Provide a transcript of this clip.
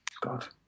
God